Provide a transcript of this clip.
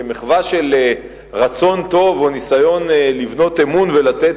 כמחווה של רצון טוב או ניסיון לבנות אמון ולתת